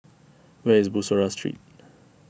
where is Bussorah Street